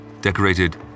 decorated